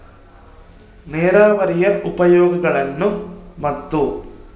ನೇರಾವರಿಯ ಉಪಯೋಗಗಳನ್ನು ಮತ್ತು?